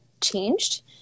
changed